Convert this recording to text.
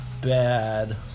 bad